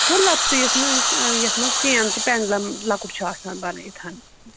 گوٚو لۄکُٹے یَس منٛز یُس یَتھ منٛز چین تہٕ پینٛڈلَم لۄکُٹ چھُ آسان بَنٲوِتھ